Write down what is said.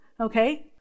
okay